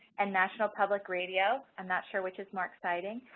and national public radio, i'm not sure which is more exciting,